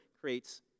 creates